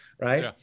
right